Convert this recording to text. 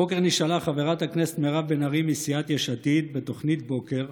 הבוקר נשאלה חברת הכנסת מירב בן ארי מסיעת יש עתיד בתוכנית בוקר